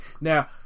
now